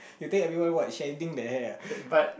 you thinking everyone what shading the hair ah